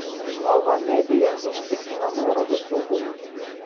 nova media užtikrina nuorodos saugumą